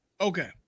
okay